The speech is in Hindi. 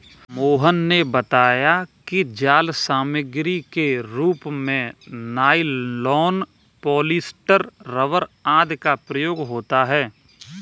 मोहन ने बताया कि जाल सामग्री के रूप में नाइलॉन, पॉलीस्टर, रबर आदि का प्रयोग होता है